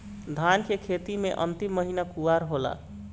धान के खेती मे अन्तिम महीना कुवार होला?